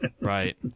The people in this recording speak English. Right